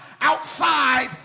outside